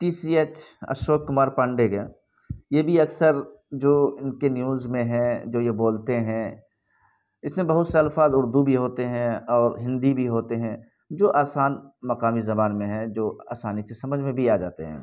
T C H Ashok Kumar Pandey کا یہ بھی اکثر جوکہ نیوز میں ہے جو یہ بولتے ہیں اس میں بہت سے الفاظ اردو بھی ہوتے ہیں اور ہندی بھی ہوتے ہیں جو آسان مقامی زبان میں ہیں جو آسانی سے سمجھ میں بھی آ جاتے ہیں